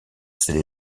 scellée